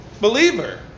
believer